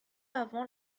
avant